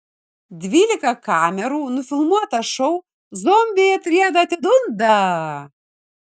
dvylika kamerų nufilmuotą šou zombiai atrieda atidunda